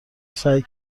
سعی